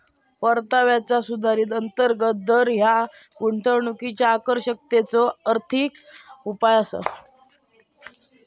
परताव्याचा सुधारित अंतर्गत दर ह्या गुंतवणुकीच्यो आकर्षकतेचो आर्थिक उपाय असा